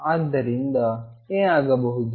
ಆದ್ದರಿಂದ ಏನಾಗಬಹುದು